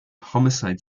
homicide